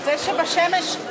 זה שבשמש,